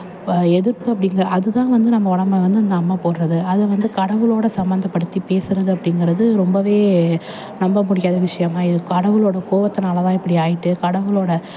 எதிர்ப்பு அப்டிங்கற அது தான் வந்து நம்ம உடம்பு வந்து இந்த அம்மை போடுறது அதை வந்து கடவுளோடு சம்பந்தப்படுத்தி பேசுகிறது அப்டிங்கிறது ரொம்பவே நம்ப முடியாத விஷயமா இருக்குது கடவுளோடய கோபத்துனால தான் இப்படி ஆகிட்டு கடவுளோடய